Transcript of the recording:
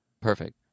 Perfect